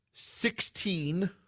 Sixteen